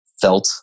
felt